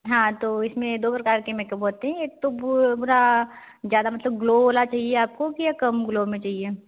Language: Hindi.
हाँ तो इसमें दो प्रकार के मेकअप होते हैं तो ब्रू ब्रा ज़्यादा मतलब ग्लो वाला मेकअप चाहिए आपको की कम ग्लो में चाहिए